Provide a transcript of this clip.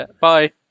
bye